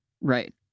Right